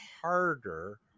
harder